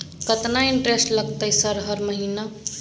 केतना इंटेरेस्ट लगतै सर हर महीना?